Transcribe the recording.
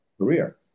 career